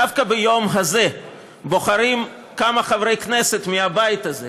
דווקא ביום הזה בוחרים כמה חברי כנסת מהבית הזה,